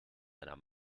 einer